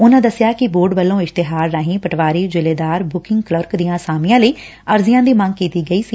ਉਂਨੂਾਂ ਦੱਸਿਆ ਕਿ ਬੋਰਡ ਵੱਲੋ ਇਸ਼ਤਿਹਾਰ ਰਾਹੀਂ ਪਟਵਾਰੀ ਜ਼ਿਲੇਦਾਰ ਬੁਕਿੰਗ ਕਲਰਕ ਦੀਆਂ ਅਸਾਮੀਆਂ ਲਈ ਅਰਜ਼ੀਆਂ ਦੀ ਮੰਗ ਕੀਤੀ ਗਈ ਸੀ